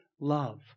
love